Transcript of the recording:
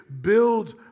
build